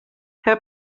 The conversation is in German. herr